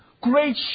great